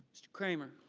mr. kramer.